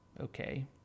okay